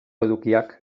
edukiak